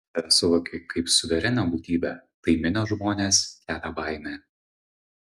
jei save suvoki kaip suverenią būtybę tai minios žmonės kelia baimę